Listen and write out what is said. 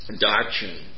doctrine